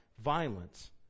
violence